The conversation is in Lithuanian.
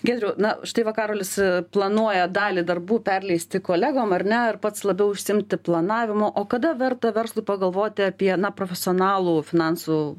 geriau na štai va karolis planuoja dalį darbų perleisti kolegom ar ne ir pats labiau užsiimti planavimu o kada verta verslui pagalvoti apie na profesionalų finansų